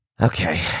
Okay